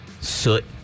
Soot